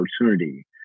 opportunity